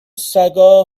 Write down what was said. سگا